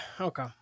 Okay